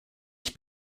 ich